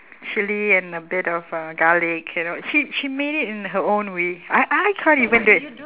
chilli and a bit of uh garlic you know she she made it in her own way I I can't even do it